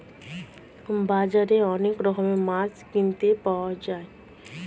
বাজারে অনেক রকমের মাছ কিনতে পাওয়া যায়